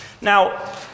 Now